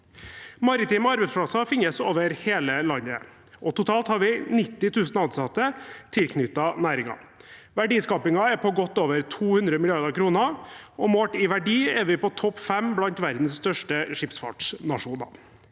Maritime arbeidsplasser finnes over hele landet, og totalt har vi 90 000 ansatte tilknyttet næringen. Verdiskapingen er på godt over 200 mrd. kr, og målt i verdi er vi på topp fem blant verdens største skipsfartsnasjoner.